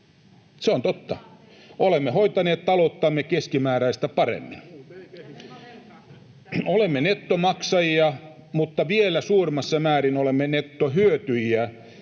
Se on totta — olemme hoitaneet talouttamme keskimääräistä paremmin. Olemme nettomaksajia, mutta vielä suuremmassa määrin olemme nettohyötyjiä.